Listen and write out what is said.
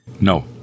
No